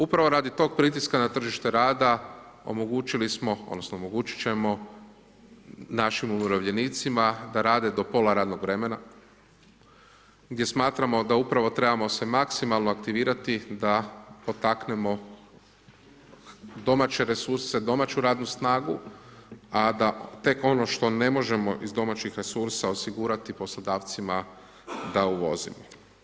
Upravo radi tog pritiska na tržište rada omogućili smo odnosno omogućit ćemo našim umirovljenicima da rade do pola radnog vremena gdje smatramo da upravo trebamo se maksimalno aktivirati da potaknemo domaće resurse, domaću radnu snagu, a da tek ono što ne možemo iz domaćih resursa osigurati poslodavcima da uvozimo.